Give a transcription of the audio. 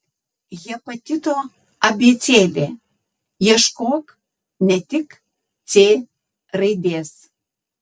hepatito abėcėlė ieškok ne tik c raidės